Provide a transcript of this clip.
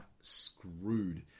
screwed